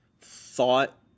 thought